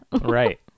Right